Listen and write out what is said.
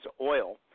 oil